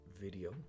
video